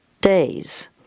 days